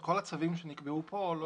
כל הצווים שנקבעו פה.